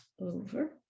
over